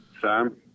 Sam